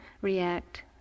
react